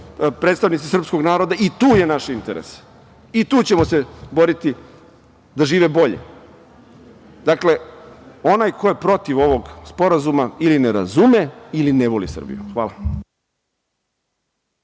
predstavnici našeg naroda i tu je naš interes, i tu ćemo se boriti da žive bolje. Dakle, onaj ko je protiv ovog sporazuma ili ne razume, ili ne voli. Hvala.